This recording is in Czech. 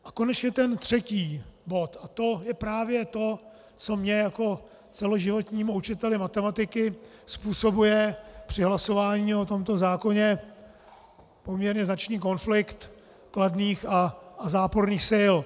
A konečně ten třetí bod a to je právě to, co mně jako celoživotnímu učiteli matematiky způsobuje při hlasování o tomto zákoně poměrně značný konflikt kladných a záporných sil.